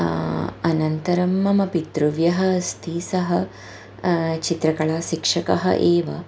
अनन्तरं मम पितृव्यः अस्ति सः चित्रकलाशिक्षकः एव